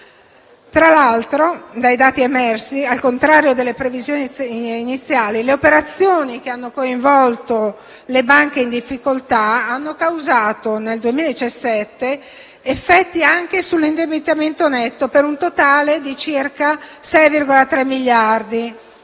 Tra l'altro, dai dati emersi, al contrario delle previsioni iniziali, le operazioni che hanno coinvolto le banche in difficoltà hanno causato, nel 2017, effetti anche sull'indebitamento netto, per un totale di circa 6,3 miliardi